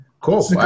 Cool